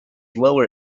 lower